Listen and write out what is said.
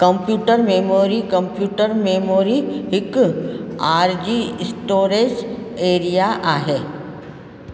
computer memory computer memory हिकु आरज़ी storage area आहे